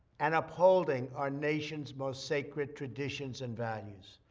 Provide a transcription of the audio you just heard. and upholding our nation's most sacred traditions and values.